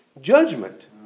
judgment